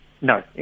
No